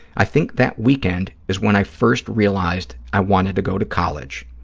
i think that weekend is when i first realized i wanted to go to college,